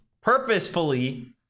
purposefully